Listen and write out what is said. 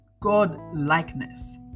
God-likeness